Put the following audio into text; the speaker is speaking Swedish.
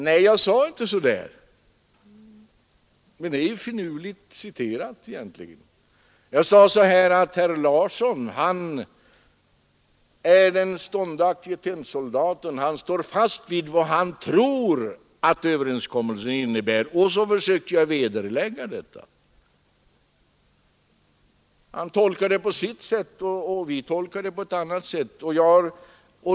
Nej, jag sade inte så, men det är finurligt citerat. Jag sade att herr Larsson är den ståndaktige tennsoldaten; han står fast vid vad han tror att överenskommelsen innebär. Sedan försökte jag vederlägga hans tolkning. Han tolkar överenskommelsen på sitt sätt, och vi tolkar den på ett annat sätt.